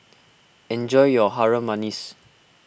enjoy your Harum Manis